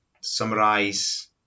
summarize